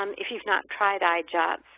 um if you've not tried eyejot,